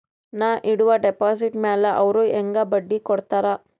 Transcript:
ನಾ ಇಡುವ ಡೆಪಾಜಿಟ್ ಮ್ಯಾಲ ಅವ್ರು ಹೆಂಗ ಬಡ್ಡಿ ಕೊಡುತ್ತಾರ?